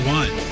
one